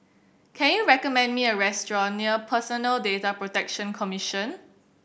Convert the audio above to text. can you recommend me a restaurant near Personal Data Protection Commission